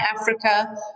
Africa